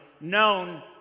known